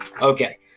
Okay